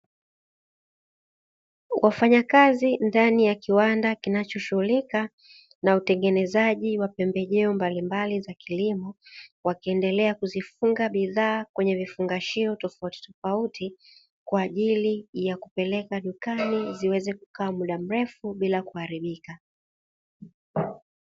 Wafanyakazi ndani ya kiwanda kinachoshughulika na utengenezaji wa pembejeo mbalimbali za kilimo, wakiendelea kuzifunga bidhaa kwenye vifungashio tofautitofauti kwa ajili ya kupeleka dukani ziweze kukaa muda mrefu bila kuharibika.